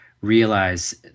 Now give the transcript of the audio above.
realize